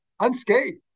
unscathed